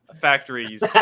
factories